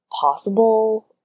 possible